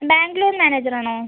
bank loan manager ആണോ